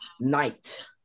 night